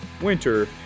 winter